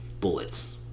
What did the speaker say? bullets